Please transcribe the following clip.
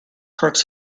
crooks